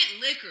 liquor